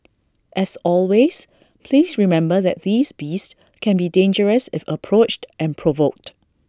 as always please remember that these beasts can be dangerous if approached and provoked